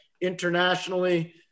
internationally